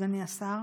אדוני השר.